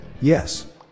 yes